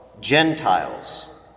Gentiles